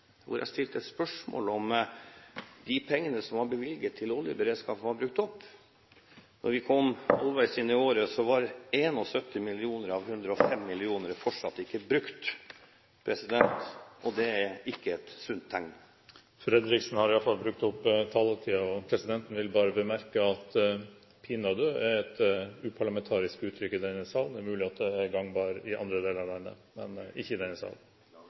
stilte et spørsmål om de pengene som var bevilget til oljeberedskap, var brukt opp. Da vi kom halvveis inn i året, var 71 mill. kr av 105 mill. kr fortsatt ikke brukt. Det er ikke et sunt tegn. Representanten Fredriksen har iallfall brukt opp taletiden. Presidenten vil bare bemerke at «pinadø» er et uparlamentarisk uttrykk i denne salen. Det er mulig at det er gangbart i andre deler av landet, men ikke i denne